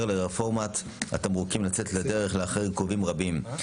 לרפורמת התמרוקים לצאת לדרך לאחר עיכובים רבים.